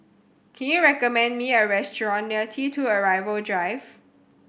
can you recommend me a restaurant near T Two Arrival Drive